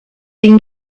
been